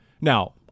now